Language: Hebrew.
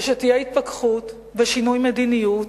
ותהיה התפכחות ויהיה שינוי מדיניות.